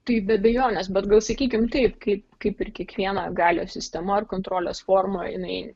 tai be abejonės bet gal sakykim taip kaip kaip ir kiekviena galios sistema ar kontrolės forma jinai